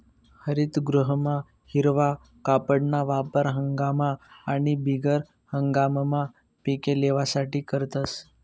हरितगृहमा हिरवा कापडना वापर हंगाम आणि बिगर हंगाममा पिके लेवासाठे करतस